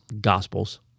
Gospels